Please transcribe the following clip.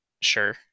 sure